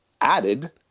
added